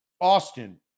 Austin